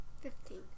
Fifteen